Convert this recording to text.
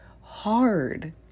hard